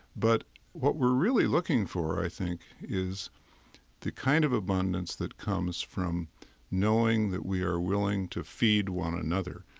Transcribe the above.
but what we're really looking for, i think, is the kind of abundance that comes from knowing that we are willing to feed one another,